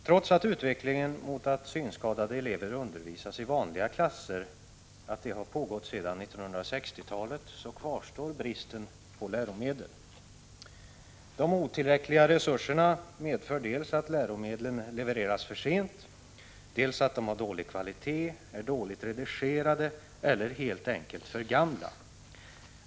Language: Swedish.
Trots att utvecklingen mot att synskadade elever undervisas i vanliga klasser har pågått sedan 1960-talet kvarstår bristen på läromedel. De otillräckliga resurserna medför dels att läromedlen levereras för sent, dels att de har dålig kvalitet, är dåligt redigerade eller helt enkelt för gamla.